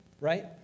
right